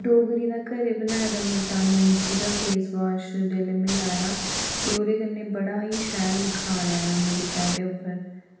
डोगरी दा घरै बनाए दा मुल्तानी मिट्टी दा फेसवाश जेल्लै में लाया ते ओह्दे कन्नै बड़ा ही शैल निखार आया मेरे चेह्रे उप्पर